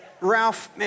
Ralph